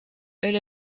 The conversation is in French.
elle